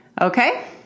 Okay